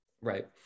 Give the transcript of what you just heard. Right